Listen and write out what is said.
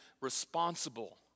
responsible